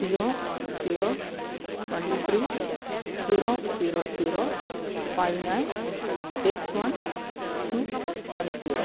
zero zero one three zero zero zero five nine eight one two one zero